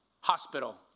hospital